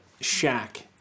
shack